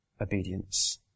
obedience